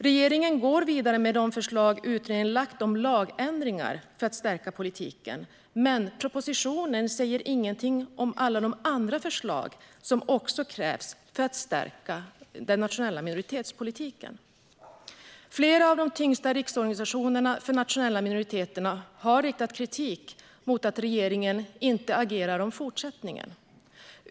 Regeringen går vidare med de förslag om lagändringar för att stärka politiken som utredningen har lagt fram, men propositionen säger ingenting om alla de andra förslag som också krävs för att stärka den nationella minoritetspolitiken. Flera av de tyngsta riksorganisationerna för nationella minoriteter har riktat kritik mot att regeringen inte agerar gällande fortsättningen.